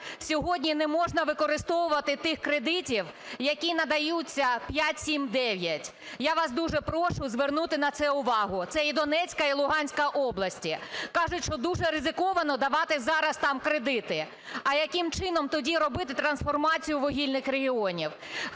сьогодні не можна використовувати тих кредитів, які надаються 5-7-9. Я вас дуже прошу звернути на це увагу, це і Донецька, і Луганська області. Кажуть, що дуже ризиковано давати зараз там кредити. А яким чином тоді робити трансформацію вугільних регіонів,